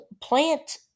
plant